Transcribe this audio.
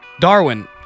Darwin